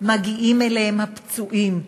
מגיעים אליהם הפצועים,